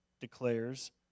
declares